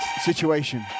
situation